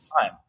time